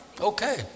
Okay